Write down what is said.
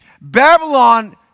Babylon